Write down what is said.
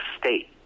State